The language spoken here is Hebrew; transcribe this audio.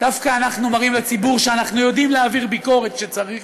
דווקא אנחנו מראים לציבור שאנחנו יודעים להעביר ביקורת כשצריך,